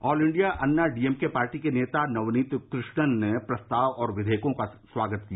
all India Anna DMK party के नेता नवनीत कृष्णन ने प्रस्ताव और विधेयकों का स्वागत किया